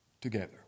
together